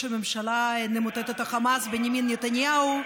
הממשלה "נמוטט את החמאס" בנימין נתניהו.